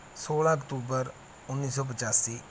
ਸੋਲ੍ਹਾਂ ਅਕਤੂਬਰ ਉੱਨੀ ਸੌ ਪਚਾਸੀ